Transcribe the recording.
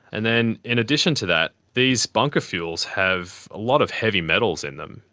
and then, in addition to that, these bunker fuels have a lot of heavy metals in them.